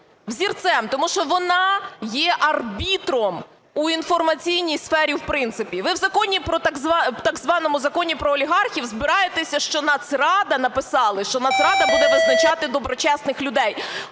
взірцем, тому що вона є арбітром у інформаційній сфері в принципі, ви в так званому законі про олігархів збираєтеся, що Нацрада, написали, що Нацрада буде визначати доброчесних людей.